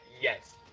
yes